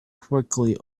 quickly